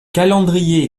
calendrier